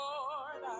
Lord